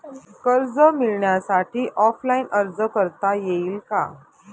कर्ज मिळण्यासाठी ऑफलाईन अर्ज करता येईल का?